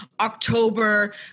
october